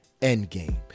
Endgame